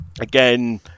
again